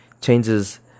changes